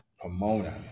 Pomona